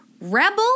rebel